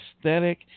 aesthetic